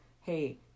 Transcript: Hey